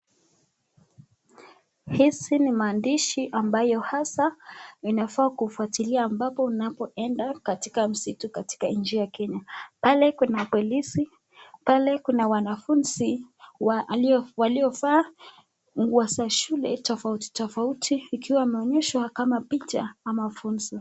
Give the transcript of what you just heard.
Hizi ni maandishi ambayo hasa inafaa kufuatilia ambapo unapoenda katika msitu katika nchi ya Kenya. Pale kuna polisi, pale kuna wanafunzi waliovaa nguo za shule tofauti tofauti, ikiwa wameonyeshwa kama picha ama funzo.